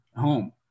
home